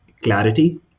clarity